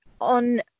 on